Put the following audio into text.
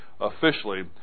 officially